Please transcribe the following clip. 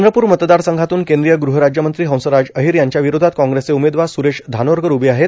चंद्रपूर मतदारसंघातून केंद्रीय ग्रहराज्यमंत्री हंसराज अहिर यांच्याविरोधात काँग्रेसचे उमेदवार सुरेश धानोरकर उभे आहेत